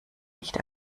nicht